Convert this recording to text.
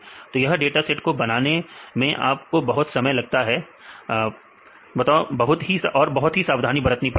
तो यह data set को बनाने में आप बहुत समय लगाते हैं बताओ बहुत ही सावधानी बरतते हैं